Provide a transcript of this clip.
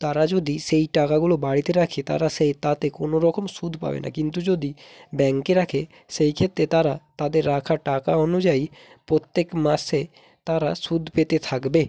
তারা যদি সেই টাকাগুলো বাড়িতে রাখে তারা সেই তাতে কোনো রকম সুদ পাবে না কিন্তু যদি ব্যাঙ্কে রাখে সেইক্ষেত্রে তারা তাদের রাখা টাকা অনুযায়ী প্রত্যেক মাসে তারা সুদ পেতে থাকবে